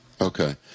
okay